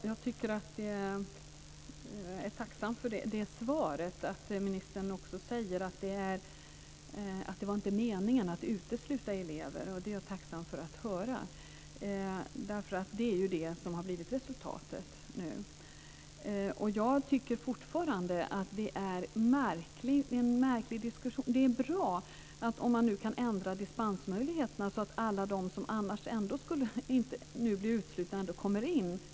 Fru talman! Jag är tacksam för svaret. Ministern säger att det inte var meningen att utesluta elever. Jag är tacksam att jag fick höra det. Det har ju blivit resultatet nu. Det är bra om man nu kan ändra dispensmöjligheterna så att alla de som annars skulle bli uteslutna ändå kommer in.